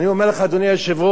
אל תשאל אותי איך,